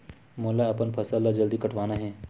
मोला अपन फसल ला जल्दी कटवाना हे?